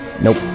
Nope